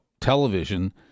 television